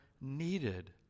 needed